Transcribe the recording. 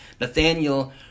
Nathaniel